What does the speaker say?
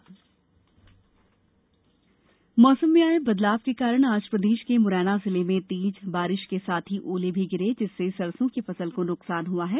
मौसम मौसम में आये बदलाव के कारण आज प्रदेश के मुरैना जिले में तेज बारिश के साथ ही ओले भी गिरे जिससे सरसों की फसल को नुकसान हुआ है